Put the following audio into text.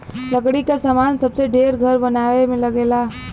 लकड़ी क सामान सबसे ढेर घर बनवाए में लगला